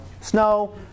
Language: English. snow